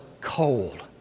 cold